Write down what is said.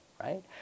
right